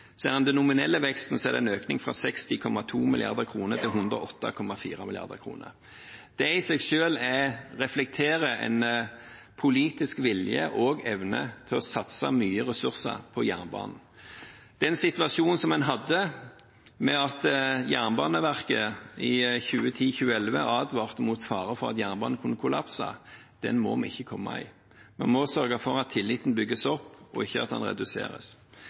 Ser en på den nominelle veksten, er det en økning fra 60,2 mrd. kr til 108,4 mrd. kr. Det i seg selv reflekterer en politisk vilje og evne til å satse mange ressurser på jernbanen. Den situasjonen som en hadde, der Jernbaneverket i 2010–2011 advarte mot faren for at jernbanen kunne kollapse, må vi ikke komme i. Vi må sørge for at tilliten bygges opp, ikke at den reduseres.